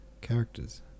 characters